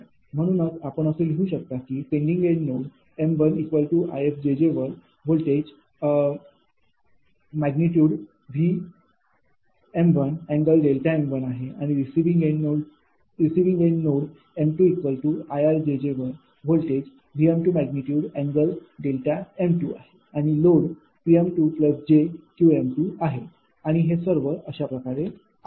म्हणूनच आपण असे लिहू शकतो की सेंडिंग एन्ड नोड m1 𝐼𝑆𝑗𝑗 वर व्होल्टेज ।𝑉।∠𝛿m1आहे आणि रिसिविंग एन्ड नोड m2𝐼𝑅𝑗𝑗 वर व्होल्टेज ।𝑉।∠𝛿m2आहे आणि लोड 𝑃𝑗𝑄 आहे आणि हे सर्व अशाप्रकारे आहे